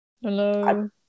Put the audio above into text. Hello